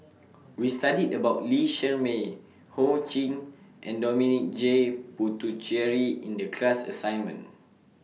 We studied about Lee Shermay Ho Ching and Dominic J Puthucheary in The class assignment